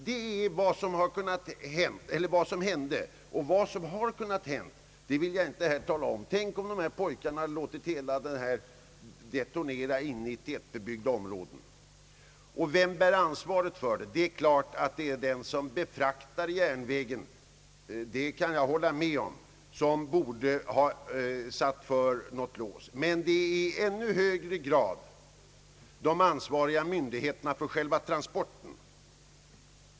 Det är vad som hände. Vad som hade kunnat hända vill jag inte här tala om. Tänk, om dessa pojkar låtit hela laddningen detonera inne i tättbebyggda områden! Vem bär ansvaret för detta? Det är klart att det är den som befraktar järnvägen — det kan jag hålla med om — som borde ha satt för något lås, men det är i ännu högre grad SJ och myndigheterna som är ansvariga.